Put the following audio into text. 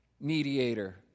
mediator